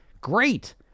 Great